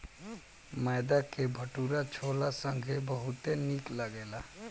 मैदा के भटूरा छोला संगे बहुते निक लगेला